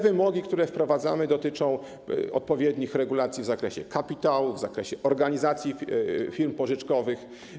Wymogi, które wprowadzamy, dotyczą odpowiednich regulacji w zakresie kapitału, w zakresie organizacji firm pożyczkowych.